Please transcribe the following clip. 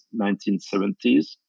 1970s